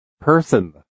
Person